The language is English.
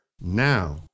Now